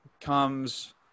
comes